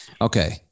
Okay